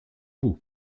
bout